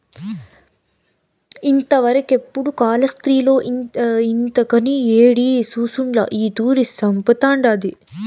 ఇంతవరకెపుడూ కాలాస్త్రిలో ఇంతకని యేడి సూసుండ్ల ఈ తూరి సంపతండాది